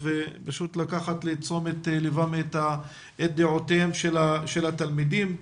ולקחת לתשומת לבם את דעותיהם של התלמידים.